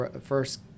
first